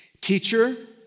teacher